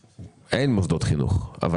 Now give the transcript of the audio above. שמוסדות החינוך סגורים,